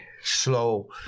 slow